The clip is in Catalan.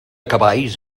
cavalls